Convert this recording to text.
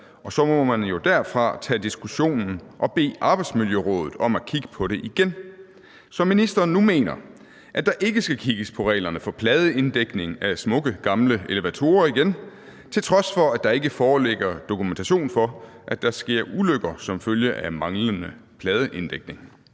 og så må man jo derfra tage diskussionen og bede Arbejdsmiljørådet om at kigge på det igen«, så ministeren nu mener, at der ikke skal kigges på reglerne for pladeinddækning af smukke, gamle elevatorer igen, til trods for at der ikke foreligger dokumentation for, at der sker ulykker som følge af manglende pladeinddækning?